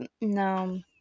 No